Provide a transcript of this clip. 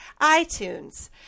iTunes